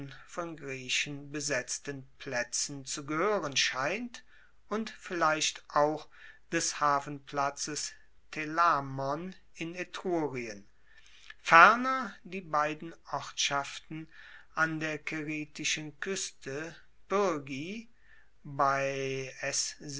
von griechen besetzten plaetzen zu gehoeren scheint und vielleicht auch des hafenplatzes telamon in etrurien ferner die beiden ortschaften an der caeritischen kueste pyrgi